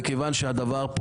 מכיוון שהדבר כאן,